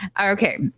Okay